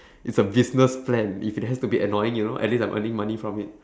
it's a business plan if it has to be annoying you know at least I'm earning money from it